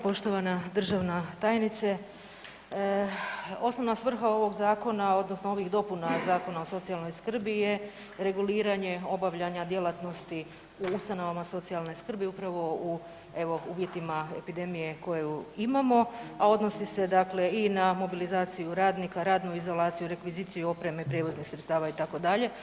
Poštovana državna tajnice, osnovna svrha ovog zakona odnosno ovih dopuna Zakona o socijalnoj skrbi je reguliranje obavljanja djelatnosti u ustanovama socijalne skrbi upravo u evo uvjetima epidemije koju imamo, a odnosi se dakle i na mobilizaciju radnika, radnu izolaciju, rekviziciju opreme i prijevoznih sredstava itd.